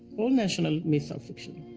all national myths are fiction.